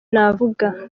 navuga